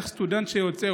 איך סטודנט שיוצא,